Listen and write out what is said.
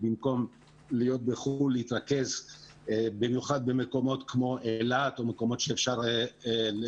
אנחנו עושים את זה במקומות כמו אילת או במקומות שבהם אפשר להתבודד